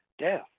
death